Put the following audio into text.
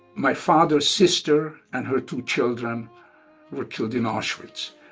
my father's sister and her two children were killed in auschwitz.